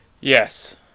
Yes